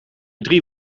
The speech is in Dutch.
drie